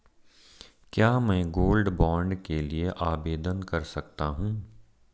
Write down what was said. क्या मैं gold bond के लिए आवेदन कर सकता हूं?